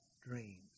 dreams